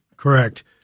Correct